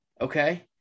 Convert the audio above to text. okay